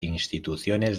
instituciones